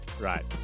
Right